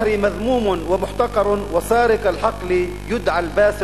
וַיַסְתַצְ'חִכֻּ אל-אַמְוַאת